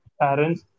parents